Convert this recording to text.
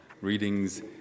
readings